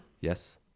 Yes